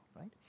right